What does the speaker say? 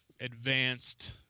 advanced